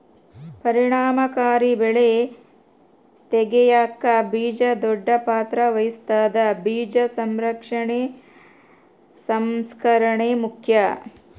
ಪರಿಣಾಮಕಾರಿ ಬೆಳೆ ತೆಗ್ಯಾಕ ಬೀಜ ದೊಡ್ಡ ಪಾತ್ರ ವಹಿಸ್ತದ ಬೀಜ ಸಂರಕ್ಷಣೆ ಸಂಸ್ಕರಣೆ ಮುಖ್ಯ